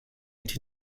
mit